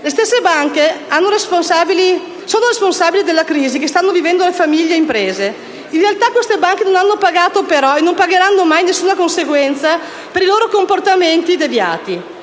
Le stesse banche responsabili della crisi che stanno vivendo famiglie e imprese in realtà non hanno pagato e non pagheranno mai nessuna conseguenza per i loro comportamenti deviati.